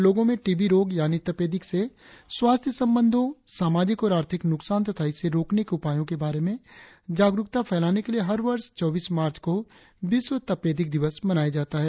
लोगो में T B रोग यानि तपेदिक से स्वास्थ्य संबंधो सामाजिक और आर्थिक नुकसान तथा इसे रोकने के उपायो के बारे में जागरुकता फैलाने के लिए हर वर्ष चौबीस मार्च को विश्व तपेदिक दिवस मनाया जाता है